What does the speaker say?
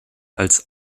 als